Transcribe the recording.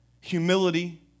humility